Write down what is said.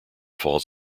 falls